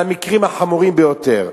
על המקרים החמורים ביותר.